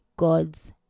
god's